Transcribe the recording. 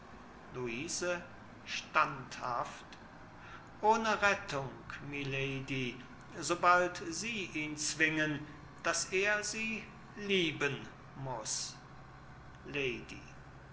luise standhaft ohne rettung milady sobald sie ihn zwingen daß er sie lieben muß lady